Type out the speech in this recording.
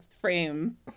frame